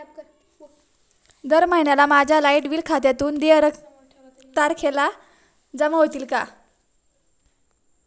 दर महिन्याला माझ्या लाइट बिल खात्यातून देय तारखेला जमा होतील का?